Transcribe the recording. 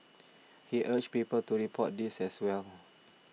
he urged people to report these as well